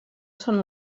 són